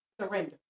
surrender